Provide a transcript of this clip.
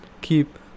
keep